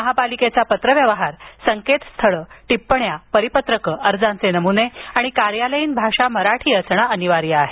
महापालिकेचा पत्रव्यवहार संकेतस्थळे टिप्पण्या परिपत्रकं अर्जांचे नमुने आणि कार्यालयीन भाषा मराठी असणं अनिवार्य आहे